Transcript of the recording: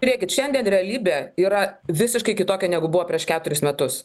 žiūrėkit šiandien realybė yra visiškai kitokia negu buvo prieš keturis metus